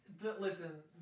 Listen